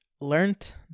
learned